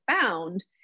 found